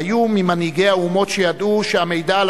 והיו ממנהיגי האומות שידעו שהמידע על